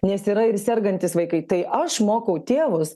nes yra ir sergantys vaikai tai aš mokau tėvus